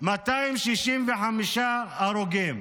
265 הרוגים.